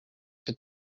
could